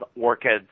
orchids